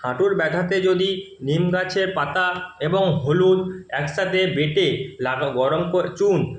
হাঁটুর ব্যথাতে যদি নিম গাছের পাতা এবং হলুদ একসাথে বেটে গরম চুন